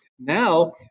Now